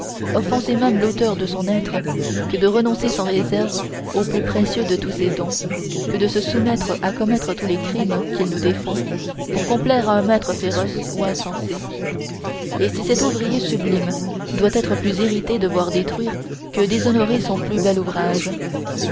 offenser même l'auteur de son être que de renoncer sans réserve au plus précieux de tous ses dons que de se soumettre à commettre tous les crimes qu'il nous défend pour complaire à un maître féroce ou insensé et si cet ouvrier sublime doit être plus irrité de voir détruire que déshonorer son plus bel ouvrage